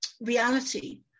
reality